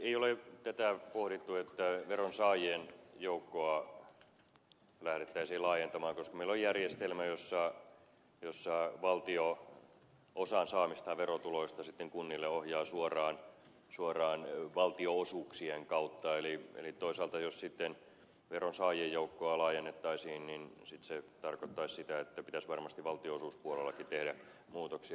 ei ole tätä pohdittu että veronsaajien joukkoa lähdettäisiin laajentamaan koska meillä on järjestelmä jossa sitten valtio ohjaa osan saamistaan verotuloista kunnille suoraan valtionosuuksien kautta eli toisaalta jos sitten veronsaajien joukkoa laajennettaisiin se tarkoittaisi sitä että pitäisi varmasti valtionosuuspuolellakin tehdä muutoksia